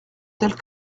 tels